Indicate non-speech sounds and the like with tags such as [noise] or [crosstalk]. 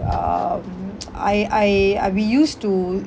um [noise] I I uh we used to